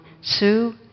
Sue